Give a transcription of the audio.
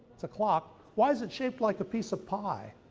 it's a clock. why is it shaped like a piece of pie?